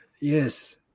Yes